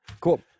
cool